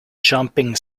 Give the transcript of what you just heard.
jumping